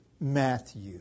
Matthew